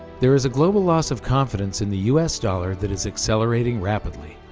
there is a global loss of confidence in the us dollar that is accelerating rapidly